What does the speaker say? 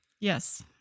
yes